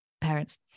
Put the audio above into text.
parents